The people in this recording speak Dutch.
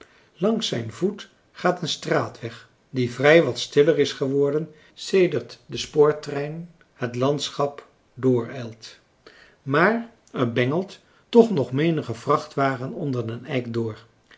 langs zijn voet gaat een straatweg die vrij wat stiller is geworden sedert de spoortrein het landschap doorijlt maar er bengelt toch nog menige vrachtwagen onder den eik door